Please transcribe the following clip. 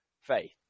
faith